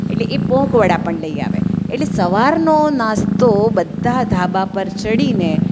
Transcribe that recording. એટલે એ પોંકવડા પણ લઈ આવે એટલે સવારનો નાસ્તો બધા ધાબા પર ચઢીને